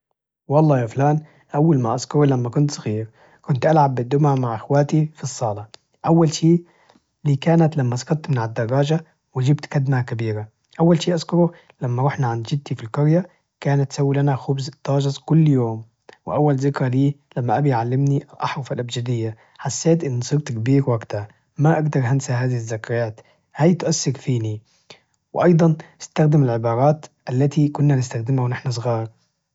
والله يا فلان أول ما أذكره لما كنت صغير، كنت ألعب بالدمى مع أخواتي في الصالة، أول شي إللي كانت لما سقطت من على الدراجة وجبت كدمة كبيرة، أول شي أذكره لما رحنا عند جدتي في القرية كانت تسوي لنا خبز تازج كل يوم، وأول ذكرى لي لما أبي علمني أحرف الأبجدية حسيت إني صرت كبير وقتها ما أقدر أنسى هذه الذكريات هاي تؤثر فيني، وأيضا استخدم العبارات التي كنا نستخدمها ونحن صغار.